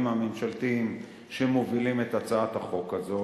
הממשלתיים שמובילים את הצעת החוק הזאת,